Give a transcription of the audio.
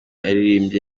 yaririmbye